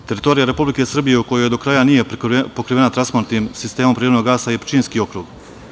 Teritorija Republike Srbije koja do kraja nije prekrivena transportnim sistemom prirodnog gasa je Pčinjski okrug.